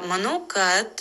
manau kad